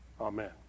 Amen